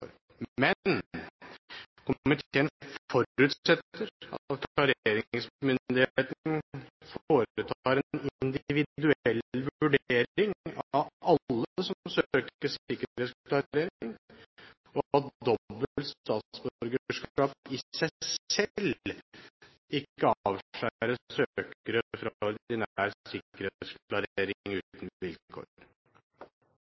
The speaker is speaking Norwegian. Men komiteen forutsetter at klareringsmyndigheten foretar en individuell vurdering av alle som søker sikkerhetsklarering, og at dobbelt statsborgerskap i seg selv ikke avskjærer søkere fra ordinær